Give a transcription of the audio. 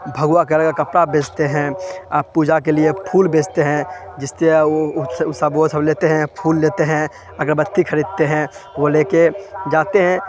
بھگوا colour کا کپڑا بیچتے ہیں پوجا کے لیے پھول بیچتے ہیں جس سے وہ سب لیتے ہیں پھول لیتے ہیں اگربتی خریدتے ہیں وہ لے کے جاتے ہیں